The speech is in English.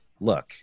look